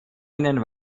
ihnen